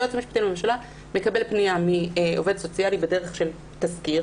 היועץ המשפטי לממשלה מקבל פנייה מעובד סוציאלי בדרך של תסקיר